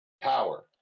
power